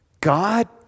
God